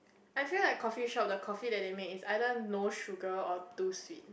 I feel like coffeeshop the coffee that they make is either no sugar or too sweet